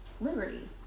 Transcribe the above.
liberty